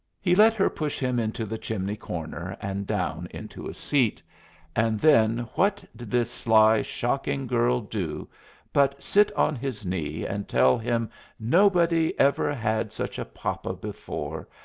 he let her push him into the chimney-corner, and down into a seat and then what did this sly, shocking girl do but sit on his knee and tell him nobody ever had such a papa before,